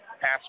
Pass